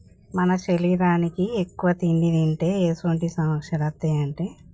మన శరీరానికి ఎక్కువ తిండి తింటే ఎటువంటి సమస్యలు వస్తాయి అంటే